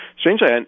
Strangely